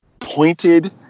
pointed